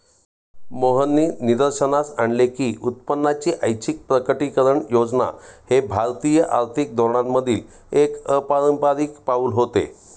मोहननी निदर्शनास आणले की उत्पन्नाची ऐच्छिक प्रकटीकरण योजना हे भारतीय आर्थिक धोरणांमधील एक अपारंपारिक पाऊल होते